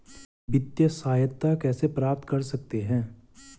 वित्तिय सहायता कैसे प्राप्त कर सकते हैं?